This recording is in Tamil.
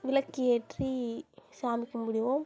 விளக்கு ஏற்றி சாமி கும்பிடுவோம்